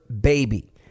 baby